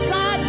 God